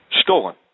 stolen